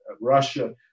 Russia